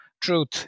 truth